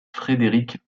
frédéric